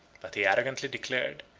but he arrogantly declared,